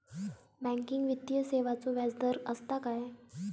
Banking वित्तीय सेवाचो व्याजदर असता काय?